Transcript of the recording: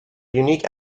unique